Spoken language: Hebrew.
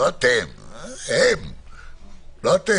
ולא "אם לא זה"